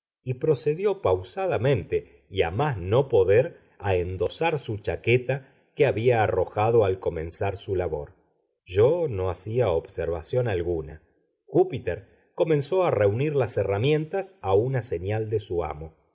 y procedió pausadamente y a más no poder a endosar su chaqueta que había arrojado al comenzar su labor yo no hacía observación alguna júpiter comenzó a reunir las herramientas a una señal de su amo